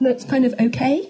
that's kind of okay